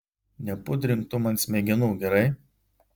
nepudrink tu man smegenų gerai